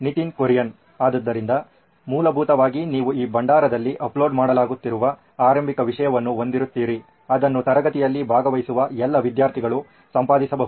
ನಿತಿನ್ ಕುರಿಯನ್ ಆದ್ದರಿಂದ ಮೂಲಭೂತವಾಗಿ ನೀವು ಈ ಭಂಡಾರದಲ್ಲಿ ಅಪ್ಲೋಡ್ ಮಾಡಲಾಗುತ್ತಿರುವ ಆರಂಭಿಕ ವಿಷಯವನ್ನು ಹೊಂದಿರುತ್ತೀರಿ ಅದನ್ನು ತರಗತಿಯಲ್ಲಿ ಭಾಗವಹಿಸುವ ಎಲ್ಲ ವಿದ್ಯಾರ್ಥಿಗಳು ಸಂಪಾದಿಸಬಹುದು